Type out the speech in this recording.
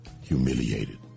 humiliated